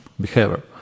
behavior